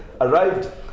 arrived